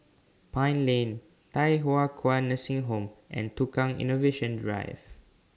Pine Lane Thye Hua Kwan Nursing Home and Tukang Innovation Drive